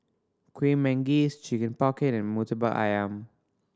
Kueh Manggis Chicken Pocket and Murtabak Ayam